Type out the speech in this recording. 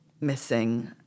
missing